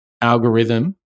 algorithm